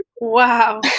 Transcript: Wow